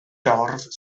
dorf